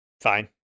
fine